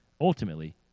ultimately